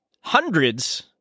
Hundreds